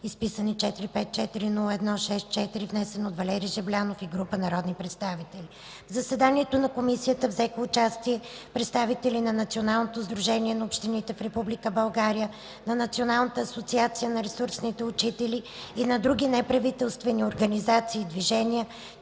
просвета, внесен от Валери Жаблянов и група народни представители. В заседанието на Комисията взеха участие представители на Националното сдружение на общините в Република България, на Националната асоциация на ресурсните учители и на други неправителствени организации и движения,